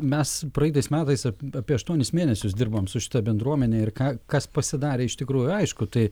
mes praeitais metais apie aštuonis mėnesius dirbom su šita bendruomene ir ką kas pasidarė iš tikrųjų aišku tai